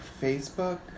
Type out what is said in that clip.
Facebook